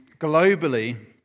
globally